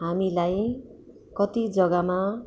हामीलाई कति जग्गामा